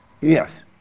Yes